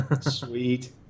sweet